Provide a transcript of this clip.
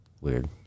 Weird